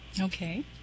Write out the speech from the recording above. Okay